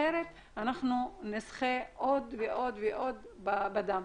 אחרת זה יידחה עוד ועוד ונשלם בדם.